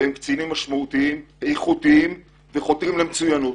הם קצינים משמעותיים, איכותיים וחותרים למצוינות.